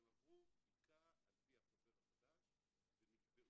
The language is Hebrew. שהם עברו בדיקה על פי החוזר החדש ונקבעו